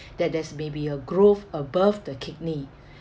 that there's maybe a growth above the kidney